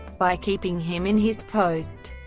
by keeping him in his post,